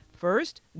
First